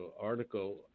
article